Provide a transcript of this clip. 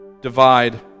divide